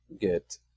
get